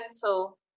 gentle